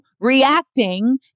reacting